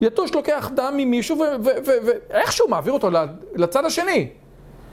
יתוש לוקח דם ממישהו, ואיכשהו מעביר אותו לצד השני.